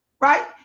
right